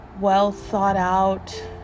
well-thought-out